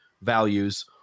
values